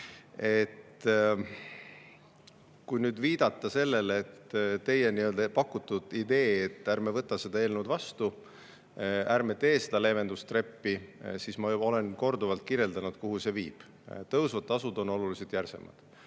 Kui nüüd viidata teie pakutud ideele, et ärme võta seda eelnõu vastu, ärme tee seda leevendustreppi, siis ma olen korduvalt kirjeldanud, kuhu see viib – tõusvad tasud on oluliselt järsemad.